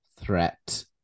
threat